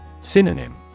Synonym